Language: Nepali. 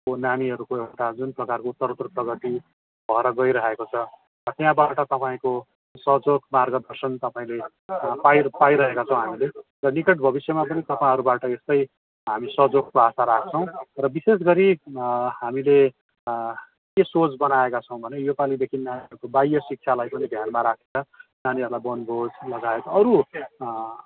नानीहरूको एउटा जुन प्रकारको उत्तरोत्तर प्रगति भएर गइरहेको छ त्यहाँबाट तपाईँको सहयोग मार्गदर्शन तपाईँले पाइ पाइरहेको छौँ हामीले र निकट भविष्य तपाईँहरूबाट यस्तै हामी सहयोगको आशा राख्छौँ र विशेष गरी हामीले के सोच बनाएका छौँ भने यो पालिदेखि बाह्य शिक्षालाई पनि ध्यानमा राखेर नानीहरूलाई बनभोज लगायत अरू